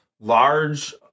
large